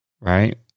right